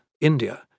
India